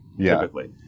typically